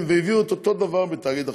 והביאו את אותו דבר בתאגיד החדשות.